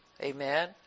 Amen